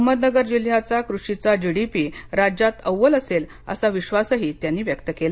अहमदनगर जिल्ह्याचा कृषीचा जीडीपी राज्यात अव्वल असेल असा विश्वासही त्यांनी यावेळी व्यक्त केला